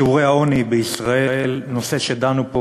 שיעורי העוני בישראל, נושא שדנו פה